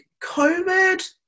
COVID